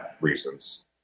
reasons